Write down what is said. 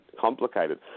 complicated